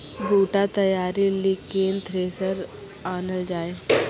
बूटा तैयारी ली केन थ्रेसर आनलऽ जाए?